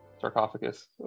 sarcophagus